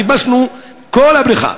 חיפשנו בכל הבריכה,